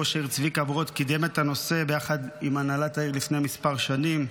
ראש העיר צביקה ברוט קידם את הנושא ביחד עם הנהלת העיר לפני כמה שנים.